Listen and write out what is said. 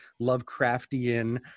Lovecraftian